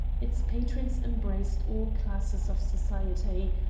its patrons embraced all classes of society,